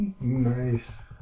Nice